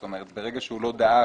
זאת אומרת, ברגע שהוא לא דאג